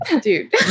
dude